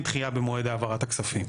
אין דחייה במועד העברת הכספים.